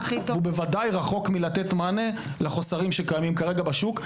הוא בוודאי רחוק מלתת מענה לחוסרים שקיימים כרגע בשוק.